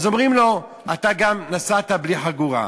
ואז אומרים לו: אתה גם נסעת בלי חגורה.